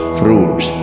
fruits